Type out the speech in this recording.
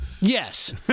Yes